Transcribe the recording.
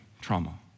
trauma